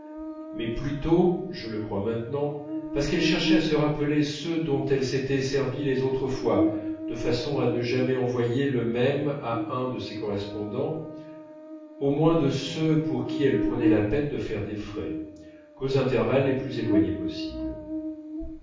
mais plutôt je le crois maintenant parce qu'elle cherchait à se rappeler ceux dont elle s'était servie les autres fois de façon à ne jamais envoyer le même à un de ses correspondants au moins de ceux pour qui elle prenait la peine de faire des frais qu'aux intervalles les plus éloignés possible